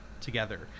together